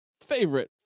favorite